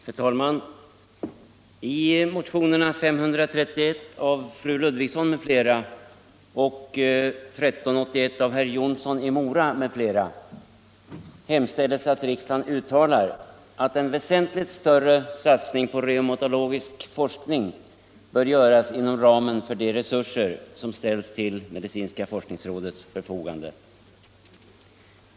Herr talman! I motionerna 531 av fru Ludvigsson m.fl. och 1381 av herr Jonsson i Mora m.fl. hemställes att riksdagen uttalar att en väsentligt större satsning på reumatologisk forskning bör göras inom ramen för de resurser som ställs till medicinska forskningsrådets förfogande.